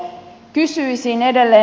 kysyisin edelleen